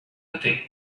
nothing